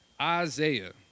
Isaiah